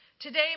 Today